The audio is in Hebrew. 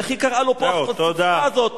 איך היא קראה לו פה, החצופה הזאת?